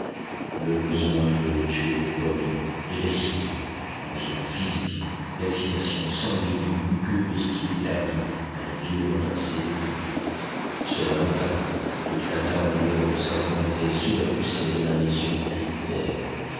le besoin de tuer le prenait irrésistible un besoin physique l'excitation sanguine d'une muqueuse qui détermine un violent accès de toux cela monta éclata en dehors de sa volonté sous la poussée de la lésion héréditaire